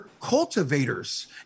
cultivators